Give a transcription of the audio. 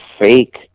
fake